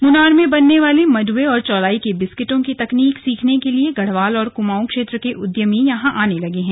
मुनार में बनने वाले मंडुवे और चौलाई के बिस्कुटों की तकनीक सीखने के लिए गढ़वाल और कुमाऊं क्षेत्र के उद्यमी यहां आने लगे हैं